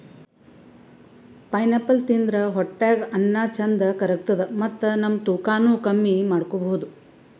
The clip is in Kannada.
ಪೈನಾಪಲ್ ತಿಂದ್ರ್ ಹೊಟ್ಟ್ಯಾಗ್ ಅನ್ನಾ ಚಂದ್ ಕರ್ಗತದ್ ಮತ್ತ್ ನಮ್ ತೂಕಾನೂ ಕಮ್ಮಿ ಮಾಡ್ಕೊಬಹುದ್